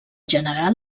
general